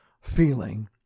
feeling